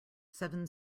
seven